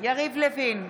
יריב לוין,